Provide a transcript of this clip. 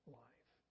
life